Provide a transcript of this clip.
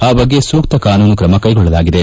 ಆ ಬಗ್ಗೆ ಸೂಕ್ತ ಕಾನೂನು ಕ್ರಮ ಕೈಗೊಳ್ಳಲಾಗಿದೆ